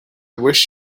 wish